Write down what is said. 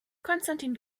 konstantin